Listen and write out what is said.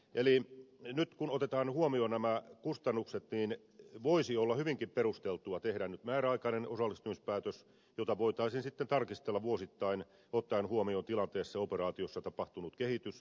eli nyt kun otetaan huomioon nämä kustannukset voisi olla hyvinkin perusteltua tehdä nyt määräaikainen osallistumispäätös jota voitaisiin sitten tarkistella vuosittain ottaen huomioon tilanteessa ja operaatiossa tapahtunut kehitys